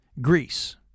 greece